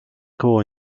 koło